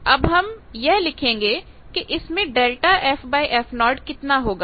अब हम यह लिखेंगे कि इसमें Δ f f 0 कितना होगा